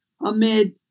amid